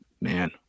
Man